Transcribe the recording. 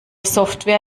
software